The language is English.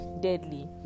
deadly